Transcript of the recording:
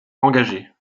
engagé